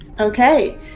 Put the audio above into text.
Okay